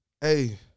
Hey